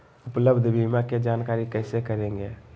उपलब्ध बीमा के जानकारी कैसे करेगे?